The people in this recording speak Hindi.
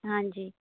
हाँ जी